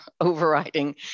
overriding